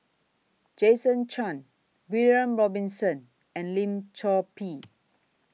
Jason Chan William Robinson and Lim Chor Pee